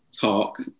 Talk